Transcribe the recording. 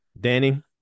Danny